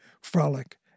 frolic